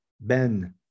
Ben